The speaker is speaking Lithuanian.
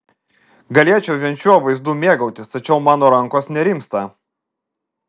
galėčiau vien šiuo vaizdu mėgautis tačiau mano rankos nerimsta